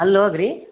ಅಲ್ಲಿ ಹೋಗ್ರಿ